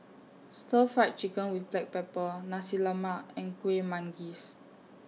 Stir Fried Chicken with Black Pepper Nasi Lemak and Kuih Manggis